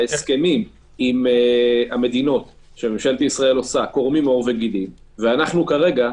ההסכמים עם המדינות שממשלת ישראל עושה קורמים עור וגידים ואנחנו כרגע,